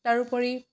তাৰোপৰি